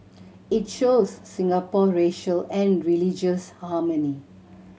it shows Singapore racial and religious harmony